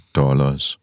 dollars